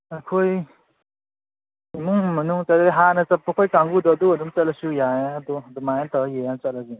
ꯑꯩꯈꯣꯏ ꯏꯃꯨꯡ ꯃꯅꯨꯡ ꯍꯥꯟꯅ ꯆꯠꯄ ꯑꯩꯈꯣꯏ ꯀꯥꯡꯒꯨꯗꯣ ꯑꯗꯨ ꯑꯗꯨꯝ ꯆꯠꯂꯁꯨ ꯌꯥꯏ ꯑꯗꯣ ꯑꯗꯨꯃꯥꯏꯅ ꯇꯧꯔ ꯌꯦꯡꯉ ꯆꯠꯂꯁꯤ